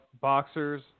boxers